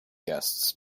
guests